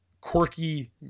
quirky